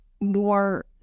more